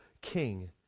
King